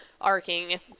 arcing